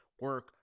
Work